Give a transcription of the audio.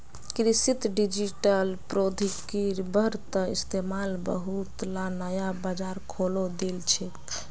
कृषित डिजिटल प्रौद्योगिकिर बढ़ त इस्तमाल बहुतला नया बाजार खोले दिल छेक